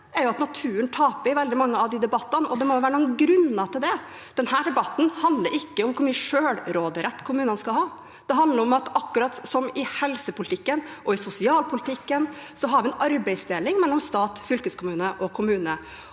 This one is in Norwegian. er at naturen taper i veldig mange av de debattene, og det må jo være noen grunner til det. Denne debatten handler ikke om hvor mye selvråderett kommunene skal ha; det handler om at akkurat som i helsepolitikken og sosialpolitikken, har vi en arbeidsdeling mellom stat, fylkeskommune og kommune.